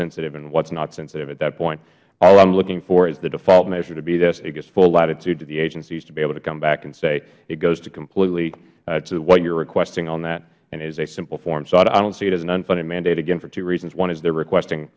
sensitive and what is not sensitive at that point all i am looking for is the default measure to be this it gives full latitude to the agencies to be able to come back and say it goes to completely to what you are requesting on that and is a simple form so i dont see it as an unfunded mandate again for two reasons one is they are requesting